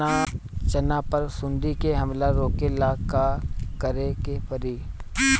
चना पर सुंडी के हमला रोके ला का करे के परी?